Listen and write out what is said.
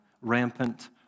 Rampant